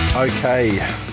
Okay